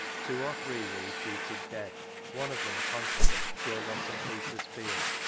two or three werte reputed dead one of them a constable, killed on st. peter's field,